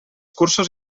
cursos